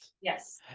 Yes